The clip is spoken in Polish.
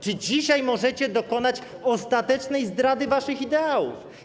Czy dzisiaj możecie dokonać ostatecznej zdrady waszych ideałów?